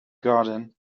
garden